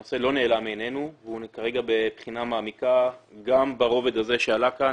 הנושא לא נעלם מעינינו והוא כרגע בבחינה מעמיקה גם ברובד הזה שעלה כאן.